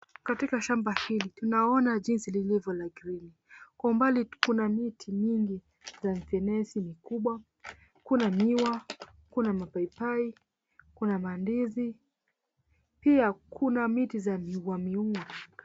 Katikati shamba hili tunaona jinsi lilivyo na kilimo, kwa umbali tunaona miti mingi ya fenesi mikubwa, kuna miwa, kuna mapaipai, kuna mandizi pia kuna miti za miua miua.